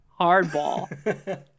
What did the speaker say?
Hardball